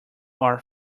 are